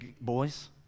boys